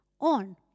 on